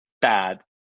bad